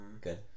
good